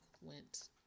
went